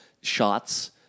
shots